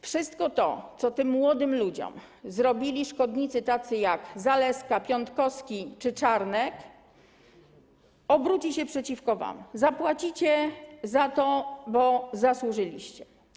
Wszystko to, co tym młodym ludziom zrobili szkodnicy tacy jak Zalewska, Piontkowski czy Czarnek, obróci się przeciwko wam, zapłacicie za to, bo zasłużyliście.